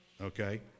Okay